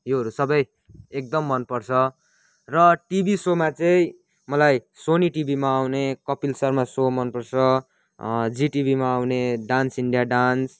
योहरू सबै एकदम मन पर्छ र टिभी सोमा चाहिँ मलाई सोनी टिभीमा आउने कपिल शर्मा सो मन पर्छ जिटिभीमा आउने डान्स इन्डिया डान्स